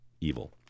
evil